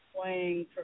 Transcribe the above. playing